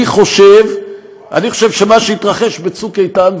אני חושב שמה שהתרחש בצוק איתן,